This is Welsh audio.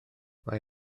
mae